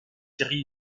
série